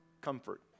comfort